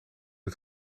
het